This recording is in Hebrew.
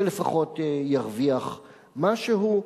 שלפחות ירוויח משהו.